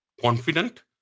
confident